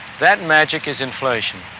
that magic is inflation.